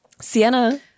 Sienna